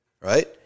right